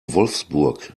wolfsburg